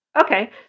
Okay